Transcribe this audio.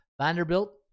Vanderbilt